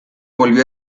volvió